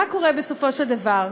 מה קורה בסופו של דבר?